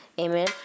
amen